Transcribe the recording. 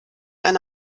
eine